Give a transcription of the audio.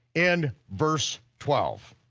in verse twelve,